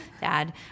dad